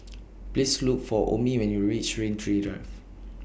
Please Look For Omie when YOU REACH Rain Tree Drive